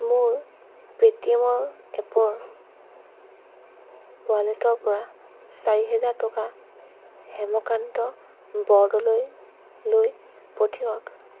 মোৰ পে' টি এমৰ এপৰ ৱালেটৰ পৰা চাৰিহাজাৰ টকা হেমকান্ত বৰদলৈলৈ পঠিয়াওক